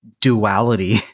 duality